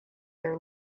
are